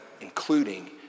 including